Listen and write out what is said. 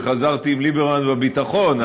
וחזרתי עם ליברמן בביטחון,